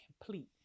complete